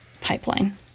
pipeline